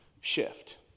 shift